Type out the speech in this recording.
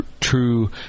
true